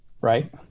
Right